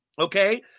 okay